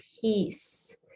peace